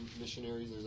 missionaries